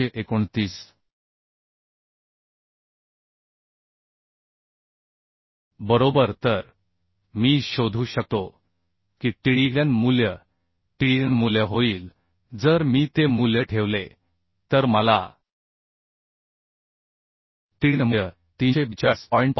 329 बरोबर तर मी शोधू शकतो की Tdn मूल्य Tdnमूल्य होईल जर मी ते मूल्य ठेवले तर मला Tdnमूल्य 342